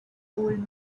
old